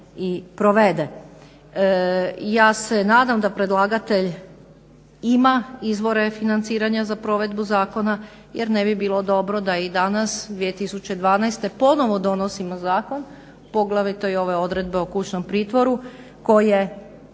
Ja se nadam da predlagatelj ima izvore financiranja za provedbu zakona jer ne bi bilo dobro da i danas 2012. ponovno donosimo zakon, poglavito i ove odredbe o kućnom pritvoru koje